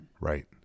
Right